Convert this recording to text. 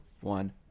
one